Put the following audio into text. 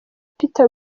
peter